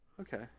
Okay